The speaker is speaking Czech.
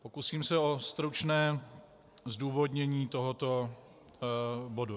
Pokusím se o stručné zdůvodnění tohoto bodu.